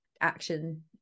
action